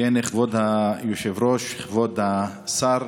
כבוד היושב-ראש, כבוד השר,